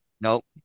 Nope